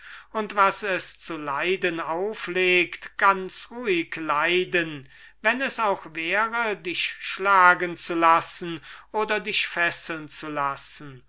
und was es zu leiden auflegt ganz ruhig leiden wenn es auch wäre dich schlagen zu lassen oder dich fesseln zu lassen